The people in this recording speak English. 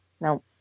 No